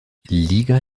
liga